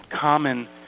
common